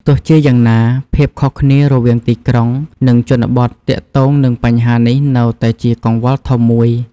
ទោះជាយ៉ាងណា ភាពខុសគ្នារវាងទីក្រុង និងជនបទទាក់ទងនឹងបញ្ហានេះនៅតែជាកង្វល់ធំមួយ។